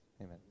Amen